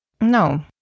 No